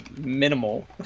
minimal